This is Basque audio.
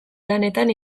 lanetan